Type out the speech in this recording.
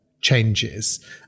changes